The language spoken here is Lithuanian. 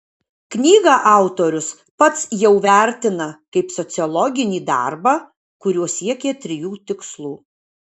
knygą autorius pats jau vertina kaip sociologinį darbą kuriuo siekė trijų tikslų